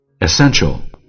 Essential